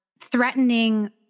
threatening